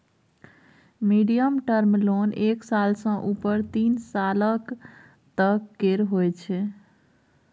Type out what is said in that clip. medium term loan एक साल सँ उपर तीन सालक तक केर होइ छै